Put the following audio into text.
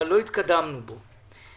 אבל לא התקדמנו בו.